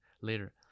later